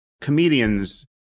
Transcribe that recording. comedians